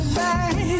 back